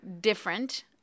different